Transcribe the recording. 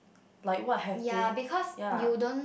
like what have they ya